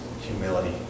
humility